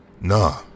Nah